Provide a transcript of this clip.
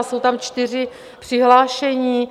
Jsou tam čtyři přihlášení.